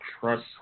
trust